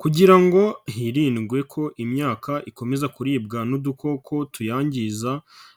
Kugira ngo hirindwe ko imyaka ikomeza kuribwa n'udukoko tuyangiza